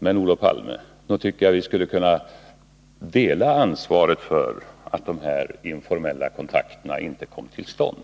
Men, Olof Palme, nog tycker jag att vi skulle kunna dela ansvaret för att de här informella kontakterna inte kom till stånd.